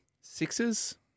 Sixes